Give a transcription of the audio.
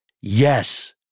yes